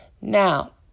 Now